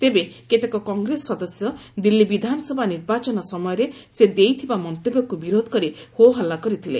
ତେବେ କେତେକ କଂଗ୍ରେସ ସଦସ୍ୟ ଦିଲ୍ଲୀ ବିଧାନସଭା ନିର୍ବାଚନ ସମୟରେ ସେ ଦେଇଥିବା ମନ୍ତବ୍ୟକୁ ବିରୋଧ କରି ହୋ ହଲ୍ଲା କରିଥିଲେ